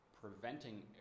preventing